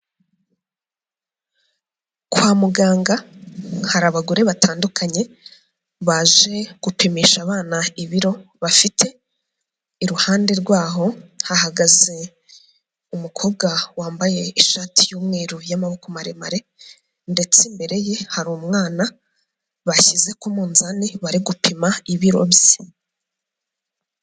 Kwa muganga hari abagore batandukanye baje gupimisha abana ibiro bafite iruhande rwaho hahagaze umukobwa wambaye ishati y'umweru y'amaboko maremare ndetse imbere ye hari umwana bashyize ku munzani bari gupima ibiro bye.